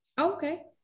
Okay